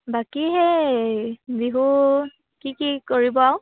বাকী সেই বিহু কি কি কৰিব আৰু